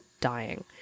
dying